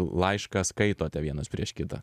laišką skaitote vienas prieš kitą